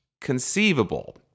conceivable